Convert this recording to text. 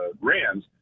Rams